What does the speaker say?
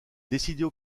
decidió